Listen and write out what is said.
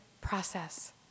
process